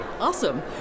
Awesome